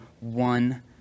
one